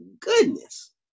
goodness